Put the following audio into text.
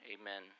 Amen